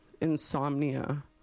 insomnia